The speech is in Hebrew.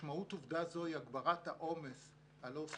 משמעות עובדה זו היא הגברת העומס על העובדות